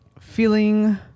feeling